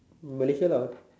Malaysia lah